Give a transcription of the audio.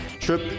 trip